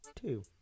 two